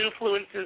influences